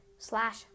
slash